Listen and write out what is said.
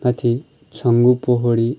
माथि छङ्गु पोखरी